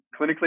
clinically